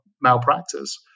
malpractice